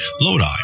Lodi